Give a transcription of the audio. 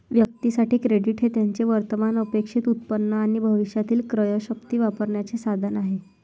व्यक्तीं साठी, क्रेडिट हे त्यांचे वर्तमान अपेक्षित उत्पन्न आणि भविष्यातील क्रयशक्ती वापरण्याचे साधन आहे